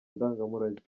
ndangamurage